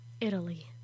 Italy